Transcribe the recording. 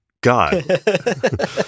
God